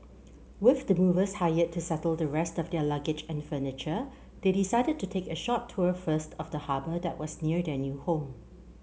with the movers hired to settle the rest of their luggage and furniture they decided to take a short tour first of the harbour that was near their new home